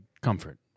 comfort